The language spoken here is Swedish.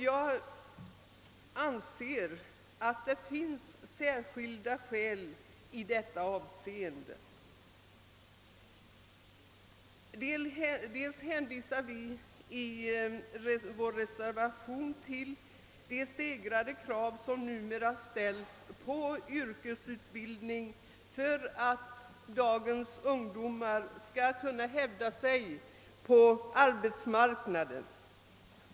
Jag anser att det föreligger särskilda skäl i detta fall. I vår reservation hänvisar vi bl.a. till de stegrade krav som numera ställes på ungdomarnas yrkesutbildning för att de unga skall kunna hävda sig på arbetsmarknaden.